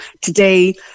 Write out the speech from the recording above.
today